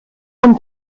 und